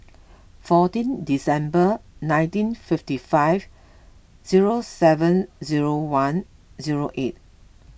fourteen December nineteen fifty five zero seven zero one zero eight